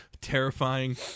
terrifying